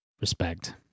Respect